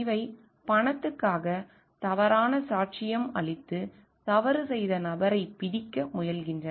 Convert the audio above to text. இவை பணத்துக்காக தவறான சாட்சியம் அளித்து தவறு செய்த நபரை பிடிக்க முயல்கின்றன